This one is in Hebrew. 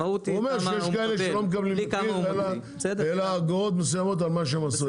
הוא אומר שיש כאלה שלא מקבלים מחיר אלא אגורות מסוימות עלך מה שהם עשו,